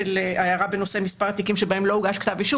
ההערה בנושא מספר התיקים שבהם לא הוגש כתב אישום.